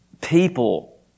people